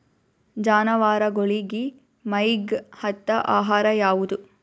ಜಾನವಾರಗೊಳಿಗಿ ಮೈಗ್ ಹತ್ತ ಆಹಾರ ಯಾವುದು?